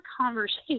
conversation